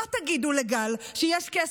שם,